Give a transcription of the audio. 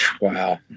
Wow